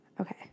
Okay